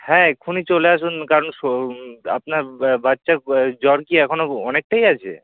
হ্যাঁ এক্ষুনি চলে আসুন কারণ সো আপনার বাচ্চার জ্বর কি এখনও ও অনেকটাই আছে